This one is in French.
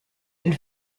elle